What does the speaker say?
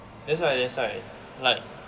that's why that's why like